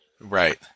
Right